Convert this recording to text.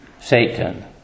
Satan